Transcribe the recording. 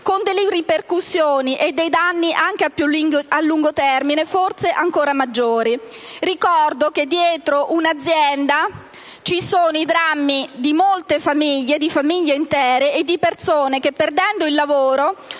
con delle ripercussioni e dei danni anche a più lungo termine forse ancora maggiori. Ricordo che dietro un'azienda ci sono i drammi di molte famiglie, di famiglie intere e di persone che, perdendo il lavoro,